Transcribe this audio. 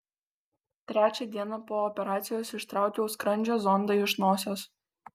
trečią dieną po operacijos ištraukiau skrandžio zondą iš nosies